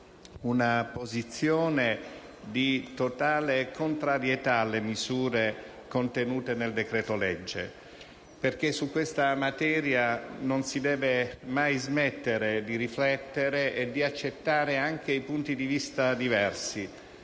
una posizione di totale contrarietà alle misure contenute nel decreto-legge. Su questa materia, infatti, non si deve mai smettere di riflettere e di accettare anche punti di vista diversi,